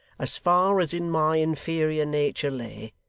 as far as in my inferior nature lay,